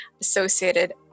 Associated